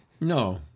No